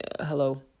Hello